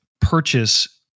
purchase